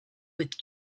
with